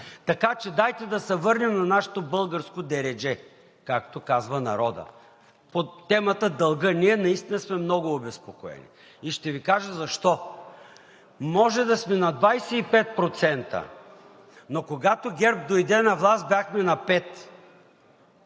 Така че, дайте да се върнем на нашето българско дередже, както казва народът, по темата за дълга. Ние наистина сме много обезпокоени и ще Ви кажа защо. Може да сме на 25%, но когато ГЕРБ дойде на власт, бяхме на пет.